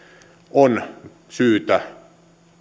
on syytä